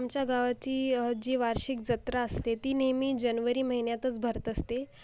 आमच्या गावाची जी वार्षिक जत्रा असते ती नेहमी जनवरी महिन्यातच भरत असते